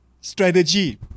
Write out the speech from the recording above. strategy